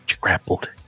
grappled